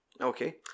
Okay